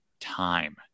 time